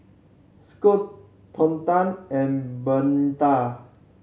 Scottie Tonda and Bernetta